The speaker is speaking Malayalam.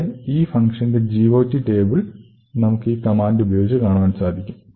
ഇവിടെ ഈ ഫങ്ഷന്റെ GOT ടേബിൾ നമുക് ഈ കമാൻഡ് ഉപയോഗിച്ച കാണുവാൻൻ സാധിക്കും